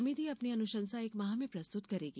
समिति अपनी अनुशंसा एक माह में प्रस्तुत करेगी